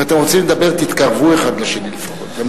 אם אתם רוצים לדבר, תתקרבו אחד לשני לפחות.